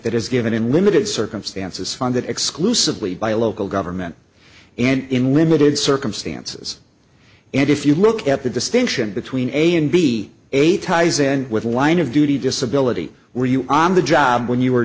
that is given in limited circumstances funded exclusively by local government and in limited circumstances and if you look at the distinction between a and b a ties in with line of duty disability were you on the job when you